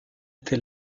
été